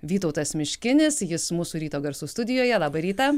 vytautas miškinis jis mūsų ryto garsų studijoje labą rytą